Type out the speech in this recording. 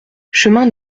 chemin